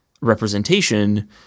representation